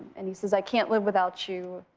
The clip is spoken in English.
and he says, i can't live without you.